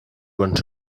want